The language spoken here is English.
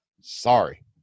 Sorry